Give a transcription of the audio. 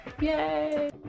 Yay